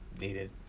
needed